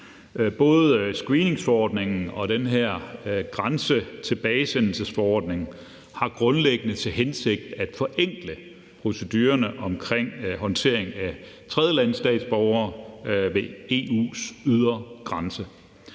Både screeningsforordningen og grænsetilbagesendelsesforordningen har grundlæggende til hensigt at forenkle procedurerne omkring en håndtering af tredjelandsstatsborgere ved EU's ydre grænse,